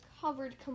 covered